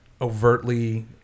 overtly